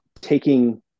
taking